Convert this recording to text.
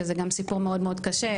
שזה גם סיפור מאוד מאוד קשה,